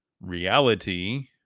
reality